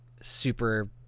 super